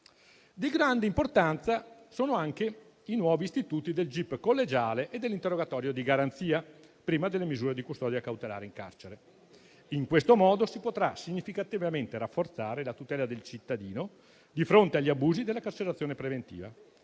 Di grande importanza sono anche i nuovi istituti del gip collegiale e dell'interrogatorio di garanzia, prima delle misure di custodia cautelare in carcere. In questo modo si potrà significativamente rafforzare la tutela del cittadino di fronte agli abusi della carcerazione preventiva.